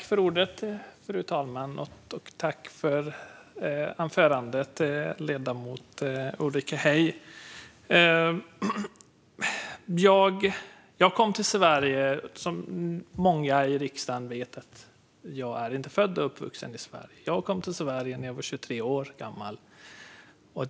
Fru talman! Tack för anförandet, ledamoten Ulrika Heie! Som många i riksdagen vet är jag inte född och uppvuxen i Sverige. Jag kom till Sverige när jag var 23 år gammal.